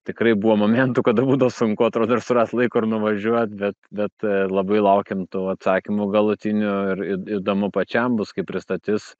tikrai buvo momentų kada būdavo sunku atrodo ir surast laiko ir nuvažiuot bet bet labai laukiam tų atsakymų galutinių ir įd įdomu pačiam bus kaip pristatys